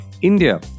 India